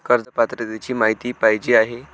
कर्ज पात्रतेची माहिती पाहिजे आहे?